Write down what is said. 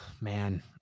man